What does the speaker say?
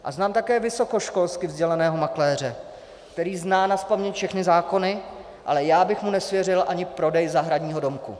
A znám také vysokoškolsky vzdělaného makléře, který zná nazpaměť všechny zákony, ale já bych mu nesvěřil ani prodej zahradního domku.